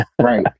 Right